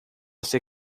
ser